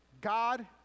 God